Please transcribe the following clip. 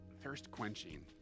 Thirst-quenching